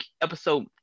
episode